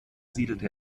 siedelte